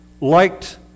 liked